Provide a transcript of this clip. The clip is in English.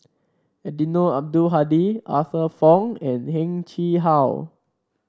Eddino Abdul Hadi Arthur Fong and Heng Chee How